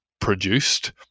produced